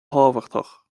thábhachtach